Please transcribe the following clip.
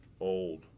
Old